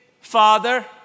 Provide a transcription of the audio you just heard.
Father